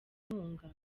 inkunga